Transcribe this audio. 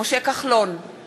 משה כחלון, אינו